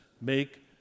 make